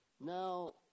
Now